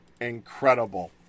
incredible